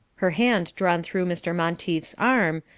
her hand drawn through mr. monteith's arm,